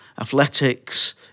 athletics